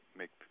make